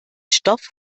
stoff